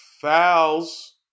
fouls